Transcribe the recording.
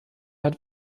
hat